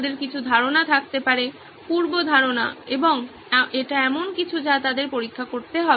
আমাদের কিছু ধারনা থাকতে পারে পূর্ব ধারণা এবং এটি এমন কিছু যা তাদের পরীক্ষা করতে হবে